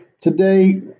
today